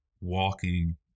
walking